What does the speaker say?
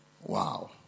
Wow